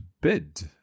bid